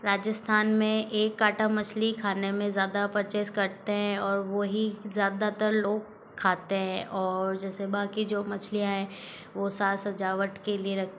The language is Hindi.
राजस्थान में एक काँटा मछली खाने में ज़्यादा परचेस करते हैं और वोही ज़्यादातर लोग खाते हैं और जैसे बाकी जो मछलियां हैं वो साज सजावट के लिए रख